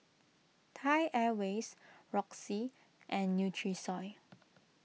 Thai Airways Roxy and Nutrisoy